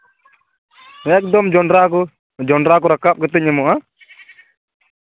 ᱮᱠᱫᱚᱢ ᱡᱚᱱᱰᱨᱟ ᱠᱚ ᱡᱚᱱᱰᱨᱟ ᱠᱚ ᱨᱟᱞᱟᱵ ᱠᱟᱛᱮᱧ ᱮᱢᱚᱜᱼᱟ